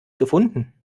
gefunden